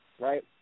right